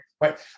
Right